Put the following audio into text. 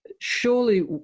Surely